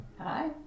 Hi